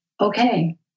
Okay